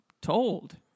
told